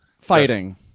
fighting